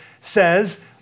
says